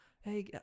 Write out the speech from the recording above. hey